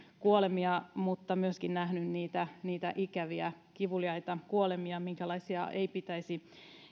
kuolemia mutta myöskin nähnyt niitä niitä ikäviä kivuliaita kuolemia minkälaisia ei pitäisi